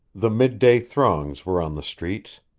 the midday throngs were on the streets.